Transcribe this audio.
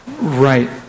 Right